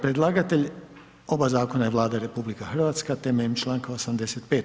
Predlagatelj oba zakona je Vlada RH temeljem čl. 85.